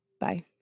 Bye